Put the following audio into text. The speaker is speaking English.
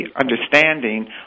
understanding